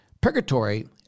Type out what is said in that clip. purgatory